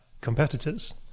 competitors